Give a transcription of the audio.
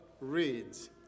reads